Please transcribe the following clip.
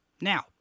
Now